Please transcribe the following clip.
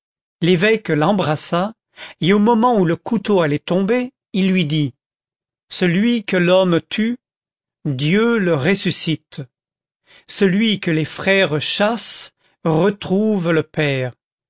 l'évêque l'embrassa et au moment où le couteau allait tomber il lui dit celui que l'homme tue dieu le ressuscite celui que les frères chassent retrouve le père